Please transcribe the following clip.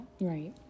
Right